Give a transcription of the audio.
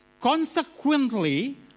Consequently